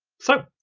so,